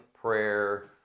prayer